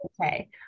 okay